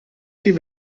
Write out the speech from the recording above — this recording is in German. die